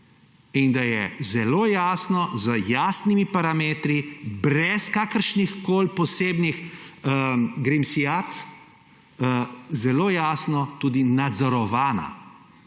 in da je zelo jasno, z jasnimi parametri, brez kakršnihkoli posebnih grimsijad, zelo jasno tudi nadzorovana.